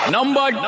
Number